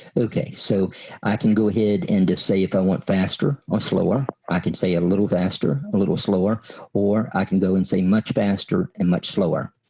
okay so i can go ahead and just say if i went faster or slower i can say a little faster a little slower or i can go and say much faster and much slower.